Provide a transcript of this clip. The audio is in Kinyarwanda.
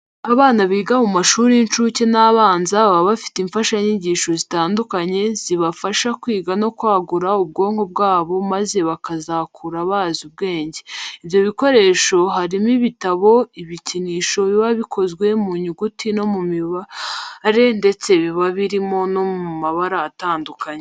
Abana biga mu mashuri y'incuke n'abanza baba bafite imfashanyigisho zitandukanye zibafasha kwiga no kwagura ubwonko bwabo maze bakazakura bazi ubwenge. Ibyo bikoresho harimo ibitabo, ibikinisho biba bikozwe mu nyuguti no mu mibare ndetse biba biri no mu mabara atandukanye.